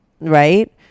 Right